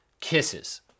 kisses